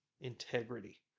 integrity